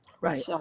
Right